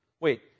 wait